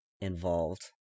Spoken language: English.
involved